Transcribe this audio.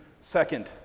Second